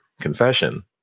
confession